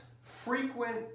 frequent